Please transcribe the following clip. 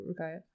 Okay